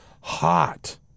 hot